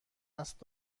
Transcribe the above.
است